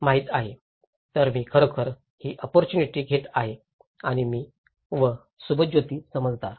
तर मी खरोखर ही ओप्पोर्च्युनिटी घेतली आहे आणि मी व सुभज्योती समद्दार